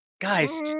guys